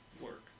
work